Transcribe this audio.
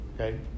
Okay